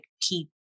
keep